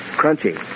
crunchy